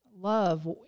love